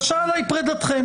קשה עליי פרידתכם,